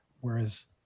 Whereas